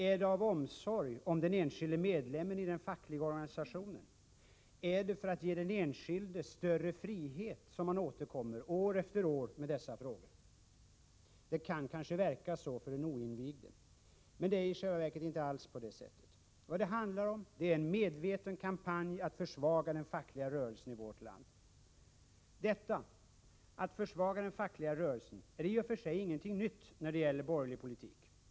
Är det av omsorg om den enskilde medlemmen i den fackliga organisationen? Är det för att ge den enskilde en större frihet som man år efter år återkommer med dessa frågor? Det kan kanske verka så för den oinvigde. Men i själva verket är det inte alls på det sättet. Vad det handlar om är en medveten kampanj för att försvaga den fackliga rörelsen i vårt land. Att man vill försvaga den fackliga rörelsen är i och för sig ingenting nytt när det gäller borgerlig politik.